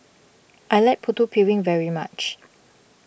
I like Putu Piring very much